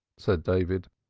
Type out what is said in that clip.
said david,